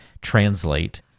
translate